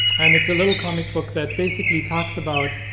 and it's a little comic book that basically talks about,